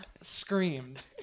screamed